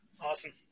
Awesome